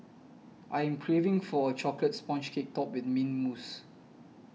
I am craving for a Chocolate Sponge Cake Topped with Mint Mousse